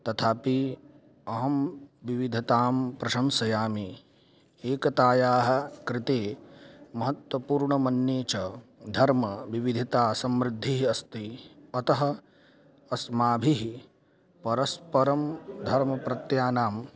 तथापि अहं विविधतां प्रशंसयामि एकतायाः कृते महत्त्वपूर्णमन्ये च धर्मविविधतासमृद्धिः अस्ति अतः अस्माभिः परस्परं धर्मप्रत्ययानां